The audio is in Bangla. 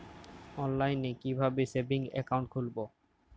অনলাইনে কিভাবে সেভিংস অ্যাকাউন্ট খুলবো?